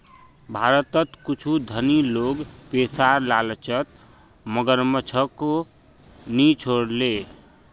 भारतत कुछू धनी लोग पैसार लालचत मगरमच्छको नि छोड ले